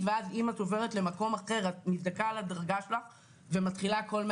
ואז האלימות מתגברת כי עוד יותר חסרים עובדים ופונים עוד יותר